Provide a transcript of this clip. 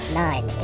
nine